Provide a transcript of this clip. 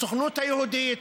הסוכנות היהודית